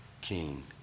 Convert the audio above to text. King